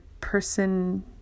person